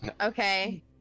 Okay